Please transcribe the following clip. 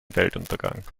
weltuntergang